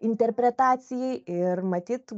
interpretacijai ir matyt